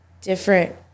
different